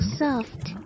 soft